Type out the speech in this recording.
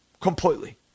Completely